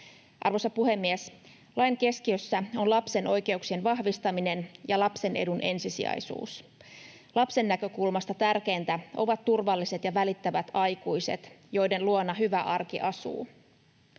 Arvoisa puhemies! Lain keskiössä ovat lapsen oikeuksien vahvistaminen ja lapsen edun ensisijaisuus. Lapsen näkökulmasta tärkeintä ovat turvalliset ja välittävät aikuiset, joiden luona hyvä arki asuu.